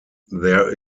there